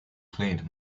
cleaned